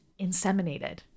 inseminated